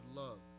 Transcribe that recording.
love